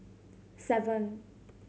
seven